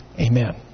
Amen